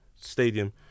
stadium